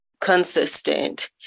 consistent